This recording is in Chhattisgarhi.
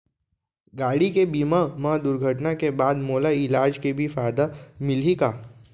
गाड़ी के बीमा मा दुर्घटना के बाद मोला इलाज के भी फायदा मिलही का?